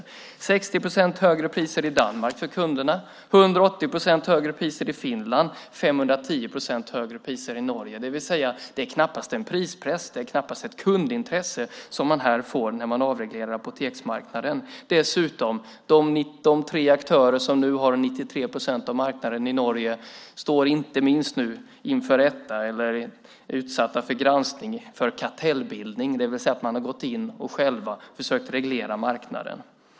Det är 60 procent högre priser för kunderna i Danmark, 180 procent högre priser i Finland och 510 procent högre priser i Norge. Det vill säga att det knappast är en prispress och ett kundintresse som man får när man avreglerar apoteksmarknaden. Dessutom är de tre aktörer som har 93 procent av marknaden i Norge utsatta för granskning på grund av kartellbildning, det vill säga att de själva har gått in och försökt reglera marknaden.